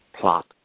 plot